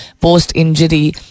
Post-injury